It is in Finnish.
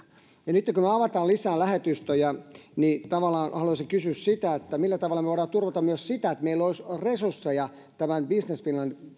nytten kun me avaamme lisää lähetystöjä niin haluaisin kysyä millä tavalla me voimme turvata myös sitä että meillä olisi resursseja tämän business finland